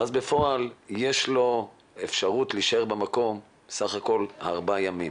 ואז בפועל יש לו אפשרות להישאר במקום בסך הכל ארבעה ימים,